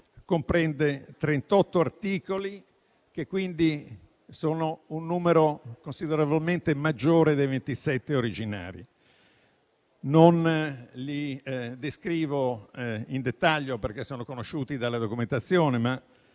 comprende 38 articoli, che quindi sono un numero considerevolmente maggiore rispetto ai 27 originali. Non li descrivo in dettaglio, perché sono conosciuti dalla documentazione.